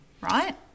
right